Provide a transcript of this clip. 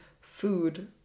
food